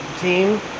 team